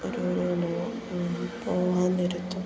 ഓരോരോ പോകാൻ നേരത്തും